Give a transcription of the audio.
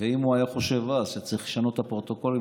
ואם הוא היה חושב אז שצריך לשנות את הפרוטוקולים